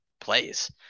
plays